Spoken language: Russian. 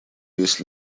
если